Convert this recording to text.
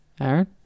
Aaron